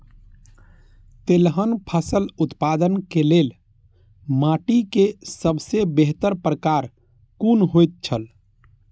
तेलहन फसल उत्पादन के लेल माटी के सबसे बेहतर प्रकार कुन होएत छल?